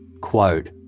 Quote